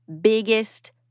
biggest